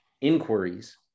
inquiries